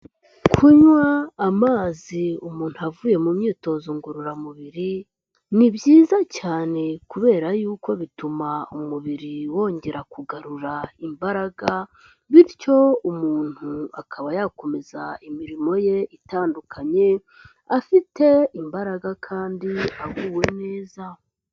Kunywa amazi umuntu avuye mu myitozo ngororamubiri ni byiza cyane, kubera yuko bituma umubiri wongera kugarura imbaraga, bityo umuntu akaba yakomeza imirimo ye itandukanye afite imbaraga kandi aguwe neza.